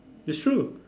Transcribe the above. is true